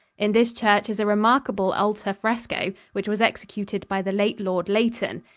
in this church is a remarkable altar fresco which was executed by the late lord leighton.